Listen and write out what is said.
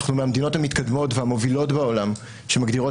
אנחנו מהמדינות המתקדמות והמובילות בעולם שמגדירות